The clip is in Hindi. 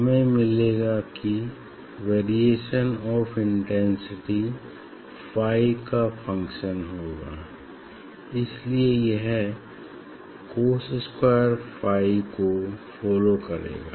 हमें मिलेगा कि वेरिएशन ऑफ़ इंटेंसिटी फाई का फंक्शन होगा इसलिए यह cos स्क्वायर फाई को फॉलो करेगा